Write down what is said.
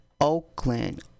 Oakland